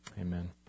amen